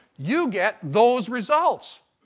you get those results.